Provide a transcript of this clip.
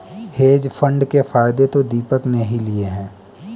hedge fund के फायदे तो दीपक ने ही लिए है